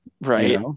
Right